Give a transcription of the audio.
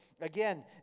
Again